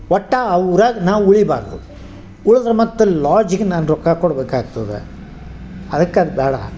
ಒಟ್ಟು ಆ ಊರಾಗ ನಾ ಉಳಿಬಾರದು ಉಳದ್ರೆ ಮತ್ತಲ್ಲಿ ಲಾಡ್ಜಿಗೆ ನಾನು ರೊಕ್ಕ ಕೊಡ್ಬೇಕಾಗ್ತದೆ ಅದ್ಕೆ ಅದು ಬೇಡ